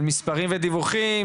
מספרים ודיווחים,